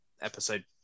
episode